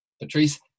Patrice